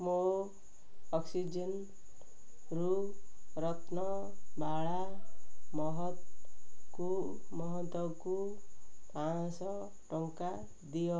ମୋ ଅକ୍ସିଜେନ୍ରୁ ରତ୍ନବାଳା ମହତକୁ ମହନ୍ତକୁ ପାଞ୍ଚଶହ ଟଙ୍କା ଦିଅ